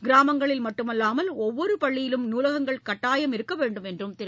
கிராமங்களில் மட்டுமல்லாமல் ஒவ்வொரு பள்ளிகளிலும் நூலகங்கள் கட்டாயம் இருக்க வேண்டும் என்றும் திரு